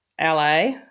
LA